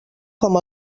com